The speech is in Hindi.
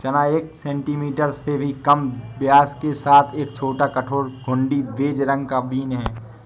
चना एक सेंटीमीटर से भी कम व्यास के साथ एक छोटा, कठोर, घुंडी, बेज रंग का बीन है